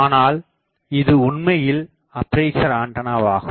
ஆனால் இது உண்மையில் அப்பேசர் ஆண்டனாவாகும்